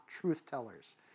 truth-tellers